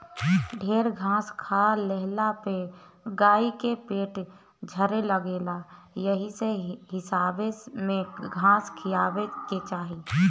ढेर घास खा लेहला पे गाई के पेट झरे लागेला एही से हिसाबे में घास खियावे के चाही